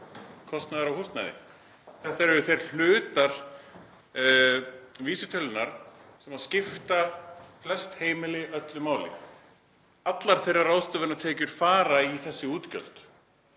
kostnaður á húsnæði. Þetta eru þeir hlutar vísitölunnar sem skipta flest heimili öllu máli. Allar þeirra ráðstöfunartekjur fara í þessi útgjöld